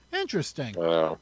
Interesting